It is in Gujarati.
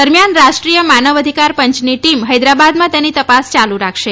દરમિયાન રાષ્ટ્રીય માનવ અધિકાર પંચની ટીમ હૈદરાબાદમાં તેની તપાસ ચાલુ રાખશે